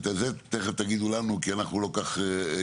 את זה תכף תגידו לנו כי אנחנו לא כל כך יודעים,